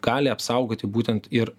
gali apsaugoti būtent ir